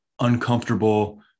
uncomfortable